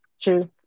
true